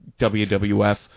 WWF